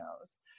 knows